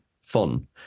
fun